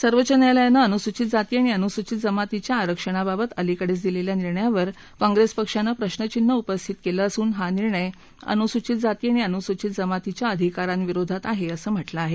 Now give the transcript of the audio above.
सर्वोच्च न्यायालयाने अनुसूचित जाती आणि अनुसूचित जमातीच्या आरक्षणाबाबत अलिकडेच दिलेल्या निर्णयावर कांग्रेस पक्षानं प्रश्नचिन्ह उपस्थित केलं असून हा निर्णय अनुसूचित जाती आणि अनुसूचित जमातीच्या अधिकारांविरोधात आहे असं म्हांमं आहे